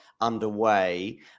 underway